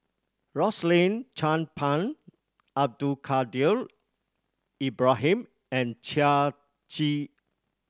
Rosaline Chan Pang Abdul Kadir Ibrahim and Chia Tee